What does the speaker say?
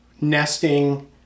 nesting